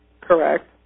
Correct